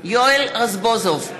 יואל רזבוזוב,